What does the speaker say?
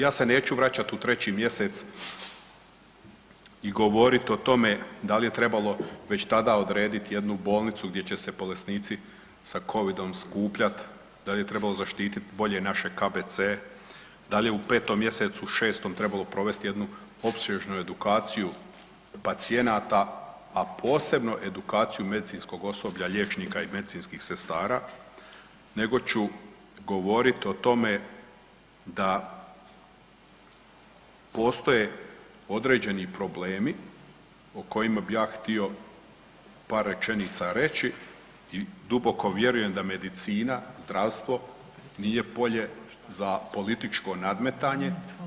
Ja se neću vračati u 3. mjesec i govoriti o tome da li je trebalo već tada odrediti jednu bolnicu gdje će se bolesnici sa COVID-om skupljati, da li je trebalo zaštititi bolje naše KBC-e, da li je u 5. mjesecu, 6. trebalo provesti jednu opsežnu edukaciju pacijenata, a posebno edukaciju medicinskog osoblja, liječnika i medicinskih sestara, nego ću govoriti o tome da postoje određeni problemi o kojima bi ja htio par rečenica reći i duboko vjerujem da medicina, zdravstvo nije polje za političko nadmetanje.